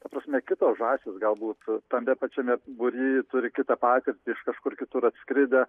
ta prasme kitos žąsys galbūt tame pačiame būry turi kitą patirtį iš kažkur kitur atskridę